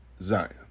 Zion